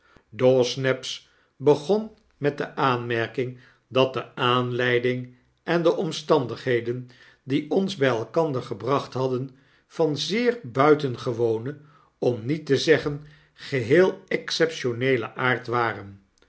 dawsnaps begon met de aanmerking dat de aanleiding en de omstandigheden die ons by elkander gebracht hadden van zeer buitengewonen om niet te zeggen geheel exceptioneelen aard waren